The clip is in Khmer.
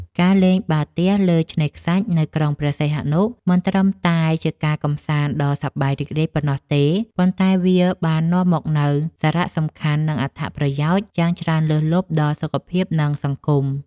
ការលេងបាល់ទះលើឆ្នេរខ្សាច់នៅក្រុងព្រះសីហនុ មិនត្រឹមតែជាការកម្សាន្តដ៏សប្បាយរីករាយប៉ុណ្ណោះទេ ប៉ុន្តែវាបាននាំមកនូវសារៈសំខាន់ និងអត្ថប្រយោជន៍យ៉ាងច្រើនលើសលប់ដល់សុខភាព និងសង្គម។